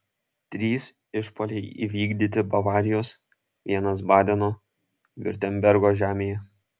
trys išpuoliai įvykdyti bavarijos vienas badeno viurtembergo žemėje